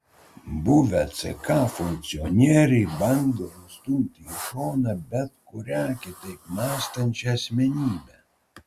buvę ck funkcionieriai bando nustumti į šoną bet kurią kitaip mąstančią asmenybę